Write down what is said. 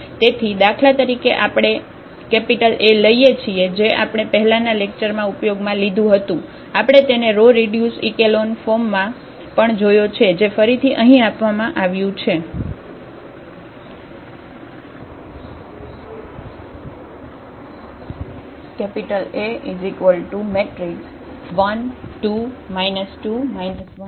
તેથી દાખલા તરીકે આપણે A લઈએ છીએ જે આપણે પહેલાના લેકચરમાં ઉપયોગમાં લીધું હતું આપણે તેને રો રીડ્યુસ ઇકેલોન ફોર્મમાં પણ જોયો છે જે ફરીથી અહીં આપવામાં આવ્યું છે